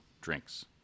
drinks